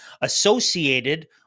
associated